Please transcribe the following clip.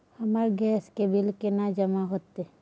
हमर गैस के बिल केना जमा होते?